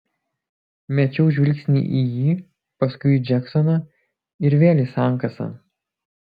mečiau žvilgsnį į jį paskui į džeksoną ir vėl į sankasą